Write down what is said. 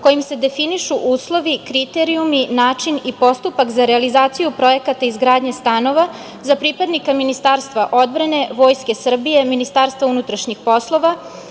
kojim se definišu uslovi, kriterijumi, način i postupak za realizaciju projekata izgradnje stanova za pripadnike Ministarstva odbrane, Vojske Srbije, Ministarstva unutrašnjih poslova,